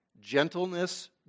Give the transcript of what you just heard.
gentleness